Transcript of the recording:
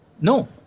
No